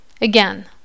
Again